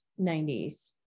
90s